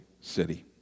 city